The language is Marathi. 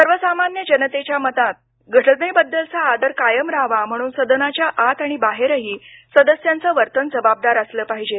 सर्वसामान्य जनतेच्या मनात घटनेबद्दलचा आदर कायम राहावा म्हणून सदनाच्या आत आणि बाहेरही सदस्यांचं वर्तन जबाबदार असलं पाहिजे